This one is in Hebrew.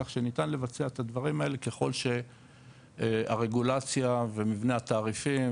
כך שניתן לבצע את הדברים האלה ככל שהרגולציה ומבנה התעריפים